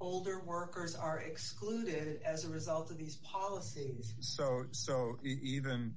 older workers are excluded as a result of these policies so even